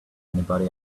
anybody